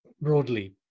broadly